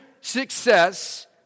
success